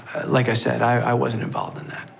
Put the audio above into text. like i said, i wasn't involved in that.